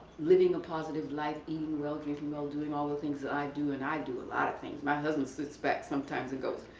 living a positive life, eating well, drinking well, doing all the things that i do. and i do a lot of things. my husband sits back sometimes and goes